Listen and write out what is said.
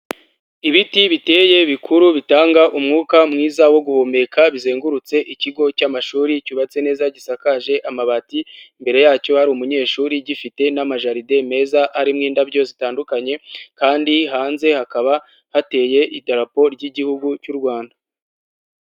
Ibiti biteye bikuru bitanga umwuka mwiza wo guhumeka bizengurutse ikigo cy'amashuri cyubatse neza gisakaje amabati, imbere yacyo hari umunyeshuri, gifite n'amajaride meza arimo indabyo zitandukanye kandi hanze hakaba hateye idarapo ry'Igihugu cy'u Rwanda.